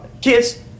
kids